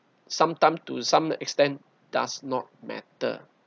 sometime to some extent does not matter